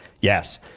yes